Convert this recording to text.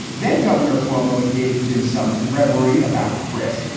then governor cuomo engaged in some reverie about chris,